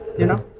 you know